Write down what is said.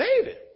David